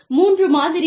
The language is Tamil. மூன்று மாதிரிகள்